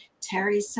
Terry